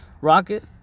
Rocket